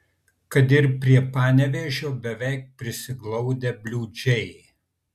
kad ir prie panevėžio beveik prisiglaudę bliūdžiai